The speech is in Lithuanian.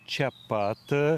čia pat